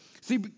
See